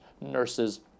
nurses